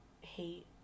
hate